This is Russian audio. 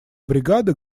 бригада